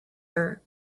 her